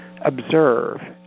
observe